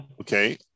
Okay